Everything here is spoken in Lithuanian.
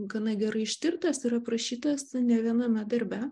gana gerai ištirtas ir aprašytas ne viename darbe